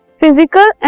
physical